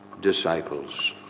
disciples